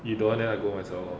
you don't want then I go myself lor